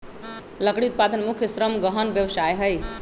लकड़ी उत्पादन मुख्य श्रम गहन व्यवसाय हइ